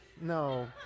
no